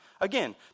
Again